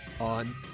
on